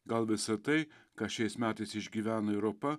gal visa tai ką šiais metais išgyvena europa